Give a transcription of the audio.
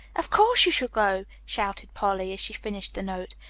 of course you shall go! shouted polly as she finished the note,